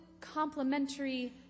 complementary